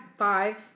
Five